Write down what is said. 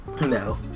No